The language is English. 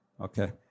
Okay